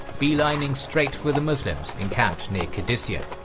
beelining straight for the muslims encamped near qadissiyah.